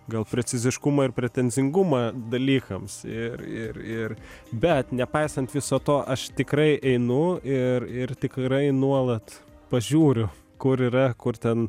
gal preciziškumą ir pretenzingumą dalykams ir ir ir bet nepaisant viso to aš tikrai einu ir ir tikrai nuolat pažiūriu kur yra kur ten